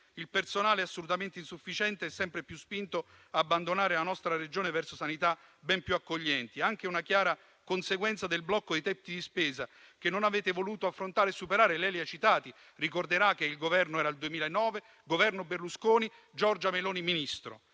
Il personale assolutamente insufficiente è sempre più spinto ad abbandonare la nostra Regione verso sanità ben più accoglienti. È anche una chiara conseguenza del blocco dei tetti di spesa che non avete voluto affrontare e superare. Lei li ha citati: ricorderà che era il 2009 (Governo Berlusconi, Giorgia Meloni ministro).